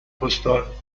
پستال